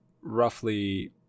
roughly